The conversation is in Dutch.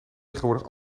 tegenwoordig